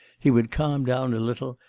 he would calm down a little,